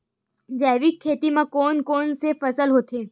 जैविक खेती म कोन कोन से फसल होथे?